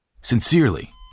Sincerely